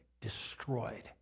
destroyed